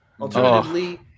Alternatively